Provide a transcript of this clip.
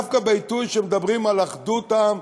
דווקא בעיתוי שמדברים על אחדות העם